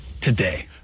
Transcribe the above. today